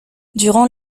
durant